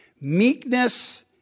Meekness